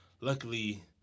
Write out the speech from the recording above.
luckily